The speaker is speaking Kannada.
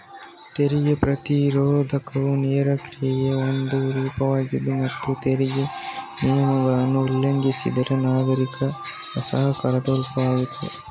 ತೆರಿಗೆ ಪ್ರತಿರೋಧವು ನೇರ ಕ್ರಿಯೆಯ ಒಂದು ರೂಪವಾಗಿದೆ ಮತ್ತು ತೆರಿಗೆ ನಿಯಮಗಳನ್ನ ಉಲ್ಲಂಘಿಸಿದ್ರೆ ನಾಗರಿಕ ಅಸಹಕಾರದ ರೂಪವಾಗಿದೆ